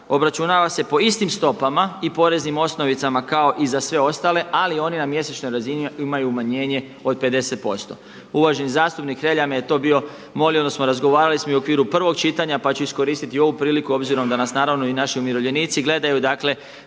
obračunava se po istim stopama i poreznim osnovicama kao i za sve ostale, ali oni na mjesečnoj razini imaju umanjenje od 50%. Uvaženi zastupnik Hrelja me je to bio molio, odnosno razgovarali smo i u okviru prvog čitanja, pa ću iskoristiti i ovu priliku obzirom da nas naravno i naši umirovljenici gledaju. Dakle,